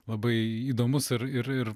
labai įdomus ir ir ir